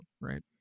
right